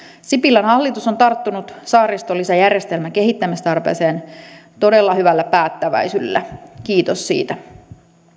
sipilän hallitus on tarttunut saaristolisäjärjestelmän kehittämistarpeeseen todella hyvällä päättäväisyydellä kiitos siitä